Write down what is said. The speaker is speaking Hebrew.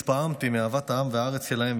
התפעמתי מאהבת העם והארץ שלהם,